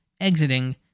exiting